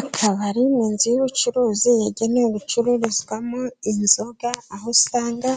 Akabari ni inzu y'ubucuruzi yagenewe gucururizwamo inzoga, aho usanga